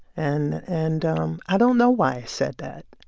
and and um i don't know why i said that.